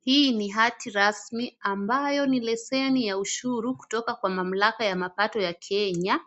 Hii ni hati rasmi ambayo ni leseni ya ushuru kutoka kwa mamlaka ya mapato ya Kenya.